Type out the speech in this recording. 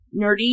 nerdy